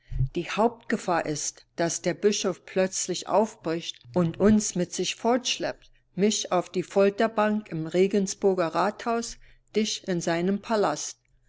die hauptgefahr ist daß der bischof plötzlich aufbricht und uns mit sich fortschleppt mich auf die folterbank im regensburger rathaus dich in seinen palast